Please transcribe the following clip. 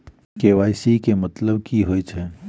KYC केँ मतलब की होइ छै?